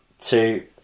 two